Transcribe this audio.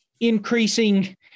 increasing